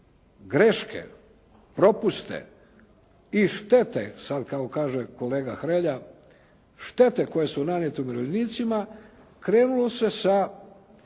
greške, propuste i štete sada kako kaže kolega Hrelja, štete koje su nanijete umirovljenicima krenulo se sa